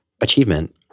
Achievement